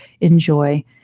enjoy